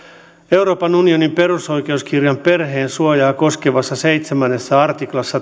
euroopan unionin perusoikeuskirjan perheen suojaa koskevassa seitsemännessä artiklassa